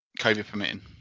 COVID-permitting